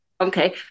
okay